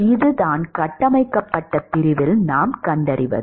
இதுதான் கட்டமைக்கப்பட்ட பிரிவில் நாம் கண்டறிவது